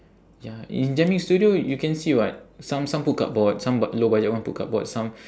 ya in jamming studio you can see [what] some some put cardboard some b~ low budget one put cardboard some